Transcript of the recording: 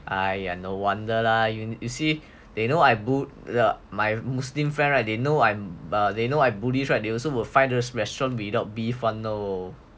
!aiya! no wonder lah you when you see they you know I buddhist the my muslim friend they know I'm they know I buddhist [right] they also will find those restaurant without beef [one] know